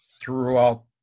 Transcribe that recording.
throughout